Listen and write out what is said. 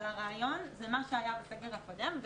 הרעיון הוא מה שהיה בסגר הקודם.